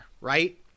right